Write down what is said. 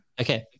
Okay